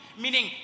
meaning